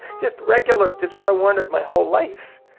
just regular, just what i wanted my whole life.